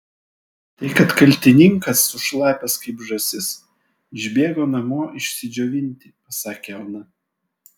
tai kad kaltininkas sušlapęs kaip žąsis išbėgo namo išsidžiovinti pasakė ona